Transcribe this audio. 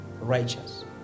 righteous